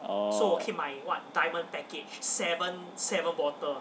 oh